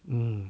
hmm